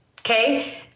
okay